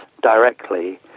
directly